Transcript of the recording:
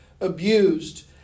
abused